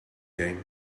game